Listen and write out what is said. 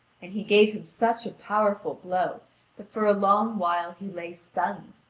and he gave him such a powerful blow that for a long while he lay stunned,